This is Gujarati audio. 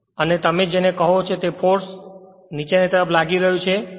અને તેથી જ તમે જેને ફોર્સ કહો છો તે નીચેની તરફ લાગી રહ્યું છે